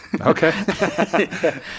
Okay